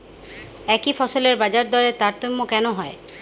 একই ফসলের বাজারদরে তারতম্য কেন হয়?